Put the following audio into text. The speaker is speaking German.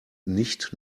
nicht